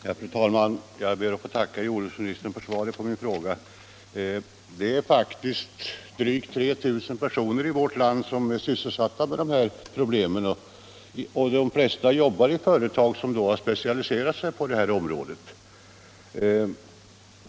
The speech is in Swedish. Fru talman! Jag ber att få tacka jordbruksministern för svaret på min fråga. Det är faktiskt drygt 3 000 personer i vårt land som är sysselsatta med de här problemen, och de flesta arbetar i företag som specialiserat sig på det här området.